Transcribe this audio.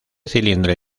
cilindro